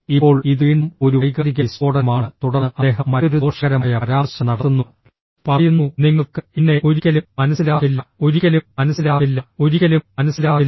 ഇപ്പോൾ ഇത് വീണ്ടും ഒരു വൈകാരിക വിസ്ഫോടനമാണ് തുടർന്ന് അദ്ദേഹം മറ്റൊരു ദോഷകരമായ പരാമർശം നടത്തുന്നുഃ പറയുന്നു നിങ്ങൾക്ക് എന്നെ ഒരിക്കലും മനസ്സിലാകില്ല ഒരിക്കലും മനസ്സിലാകില്ല ഒരിക്കലും മനസ്സിലാകില്ല